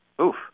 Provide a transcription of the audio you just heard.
Oof